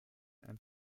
and